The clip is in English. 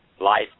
Life